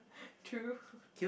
true